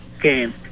game